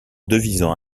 devisant